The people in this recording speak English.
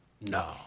No